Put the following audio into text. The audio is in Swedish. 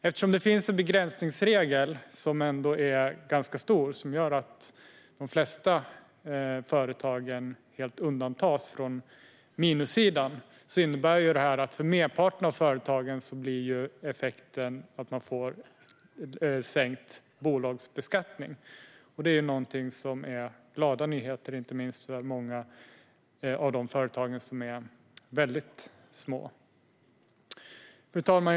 Eftersom det finns en begränsningsregel som ändå är ganska stor och som gör att de flesta företag helt undantas från minussidan innebär detta att merparten av företagen får sänkt bolagsbeskattning. Det är glada nyheter, inte minst för många av de väldigt små företagen. Fru talman!